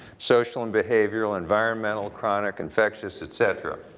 social and behavioral, environmental, chronic infectious etc.